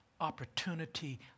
opportunity